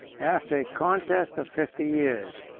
after a contest of fifty years,